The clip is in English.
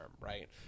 right